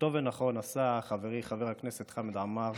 שטוב ונכון עשה חברי חבר הכנסת חמד עמאר